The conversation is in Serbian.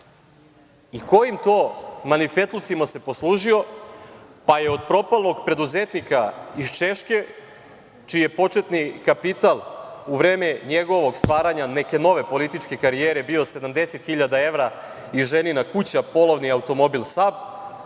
i kojim to marifetlucima se poslužio pa je od propalog preduzetnika iz Češke, čiji je početni kapital u vreme njegovog stvaranja neke nove političke karijere bio 70 hiljada evra i ženina kuća, polovni automobil SAB,